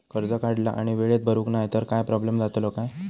कर्ज काढला आणि वेळेत भरुक नाय तर काय प्रोब्लेम जातलो काय?